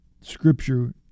Scripture